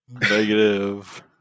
Negative